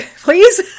Please